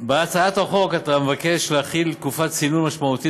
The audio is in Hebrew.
בהצעת החוק אתה מבקש להחיל תקופת צינון משמעותית